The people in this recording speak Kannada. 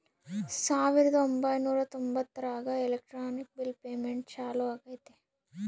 ಸಾವಿರದ ಒಂಬೈನೂರ ತೊಂಬತ್ತರಾಗ ಎಲೆಕ್ಟ್ರಾನಿಕ್ ಬಿಲ್ ಪೇಮೆಂಟ್ ಚಾಲೂ ಆಗೈತೆ